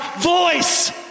voice